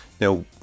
Now